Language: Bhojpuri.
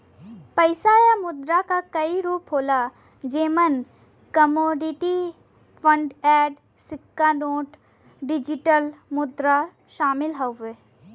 पइसा या मुद्रा क कई रूप होला जेमन कमोडिटी, फ़िएट, सिक्का नोट, डिजिटल मुद्रा शामिल हउवे